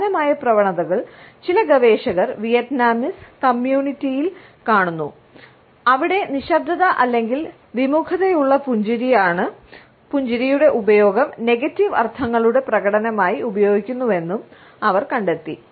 സമാനമായ പ്രവണതകൾ ചില ഗവേഷകർ വിയറ്റ്നാമീസ് കമ്മ്യൂണിറ്റിയിൽ കാണുന്നു അവിടെ നിശബ്ദത അല്ലെങ്കിൽ വിമുഖതയുള്ള പുഞ്ചിരിയുടെ ഉപയോഗം നെഗറ്റീവ് അർത്ഥങ്ങളുടെ പ്രകടനമായി ഉപയോഗിക്കുന്നുവെന്ന് അവർ കണ്ടെത്തി